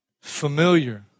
familiar